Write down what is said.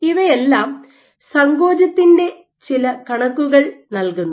ഇവയെല്ലാം സങ്കോചത്തിന്റെ ചില കണക്കുകൾ നൽകുന്നു